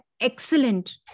excellent